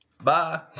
Bye